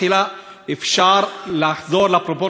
אפשר לחזור לפרופורציה האמיתית.